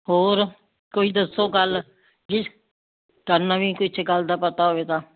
ਹੋਰ ਕੋਈ ਦੱਸੋ ਗੱਲ ਜਿਸ ਤੁਹਾਨੂੰ ਵੀ ਕਿਸੇ ਗੱਲ ਦਾ ਪਤਾ ਹੋਵੇ ਤਾਂ